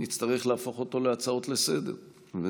נצטרך להפוך אותו להצעות לסדר-היום,